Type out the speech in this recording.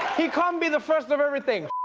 he can't be the first of everything.